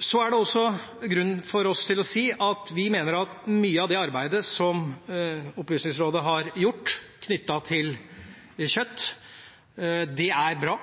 Så er det også grunn for oss til å si at vi mener at mye av det arbeidet som opplysningskontoret har gjort knyttet til kjøtt, er bra,